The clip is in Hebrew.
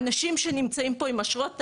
האנשים שנמצאים פה עם אשרות תייר,